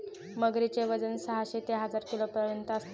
मगरीचे वजन साहशे ते हजार किलोपर्यंत असते